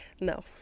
No